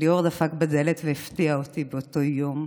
כשליאור דפק בדלת והפתיע אותי באותו יום,